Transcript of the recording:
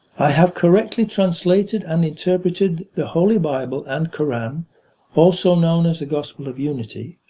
i have correctly translated and interpreted the holy bible and koran also known as the gospel of unity,